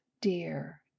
dear